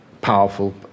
powerful